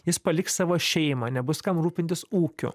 jis paliks savo šeimą nebus kam rūpintis ūkiu